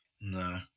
No